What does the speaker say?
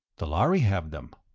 the lhari have them.